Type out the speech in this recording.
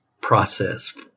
process